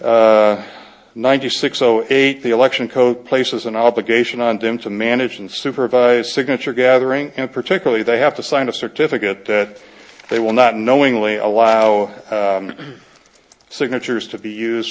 it ninety six zero eight the election code places an obligation on them to manage and supervise signature gathering and particularly they have to sign a certificate that they will not knowingly allow signatures to be used